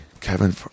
Kevin